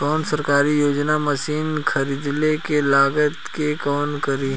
कौन सरकारी योजना मशीन खरीदले के लागत के कवर करीं?